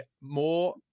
more